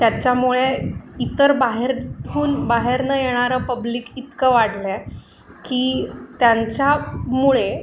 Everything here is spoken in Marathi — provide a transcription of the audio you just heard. त्याच्यामुळे इतर बाहेरून बाहेरनं येणारं पब्लिक इतकं वाढलंय की त्यांच्यामुळे